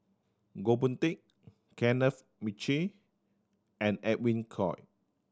Goh Boon Teck Kenneth Mitchell and Edwin Koek